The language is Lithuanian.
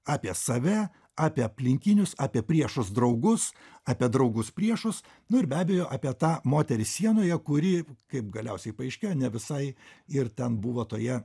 apie save apie aplinkinius apie priešus draugus apie draugus priešus nu ir be abejo apie tą moterį sienoje kuri kaip galiausiai paaiškėjo ne visai ir ten buvo toje